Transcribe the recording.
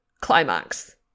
Climax